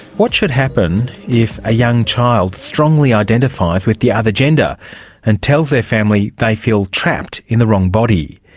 what should happen if a young child strongly identifies with the ah other gender and tells their family they feel trapped in the wrong body?